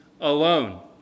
alone